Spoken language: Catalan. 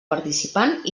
participant